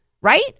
Right